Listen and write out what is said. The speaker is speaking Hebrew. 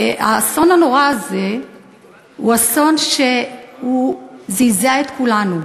והאסון הנורא הזה הוא אסון שזעזע את כולנו.